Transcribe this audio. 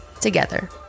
together